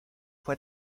fue